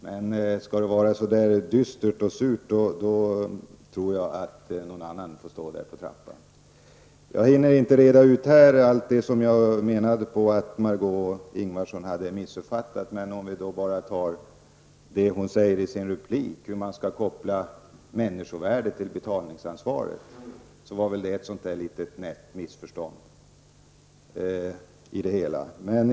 Men skall det vara så dystert och surt tror jag att någon annan får stå där. Jag hinner inte här reda ut allt det som Margó Ingvardsson missuppfattat, men jag vill nämna att det hon tog upp i sin replik om hur man skall koppla människovärdet och betalningsansvaret var ett nätt litet missförstånd.